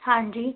ਹਾਂਜੀ